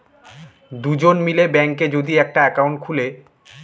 দুজন মিলে ব্যাঙ্কে যদি একটা একাউন্ট খুলে